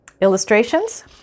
Illustrations